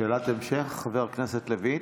שאלת המשך, חבר הכנסת לוין.